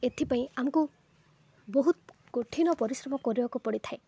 ଏଥିପାଇଁ ଆମକୁ ବହୁତ କଠିନ ପରିଶ୍ରମ କରିବାକୁ ପଡ଼ିଥାଏ